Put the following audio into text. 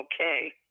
Okay